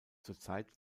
zurzeit